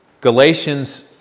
Galatians